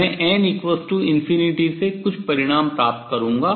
मैं n∞ से कुछ परिणाम प्राप्त करूंगा